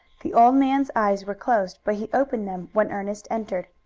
the old man's eyes were closed, but he opened them when ernest entered.